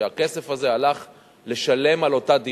שהכסף הזה הלך לשלם על אותה דירה,